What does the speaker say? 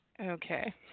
Okay